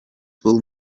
will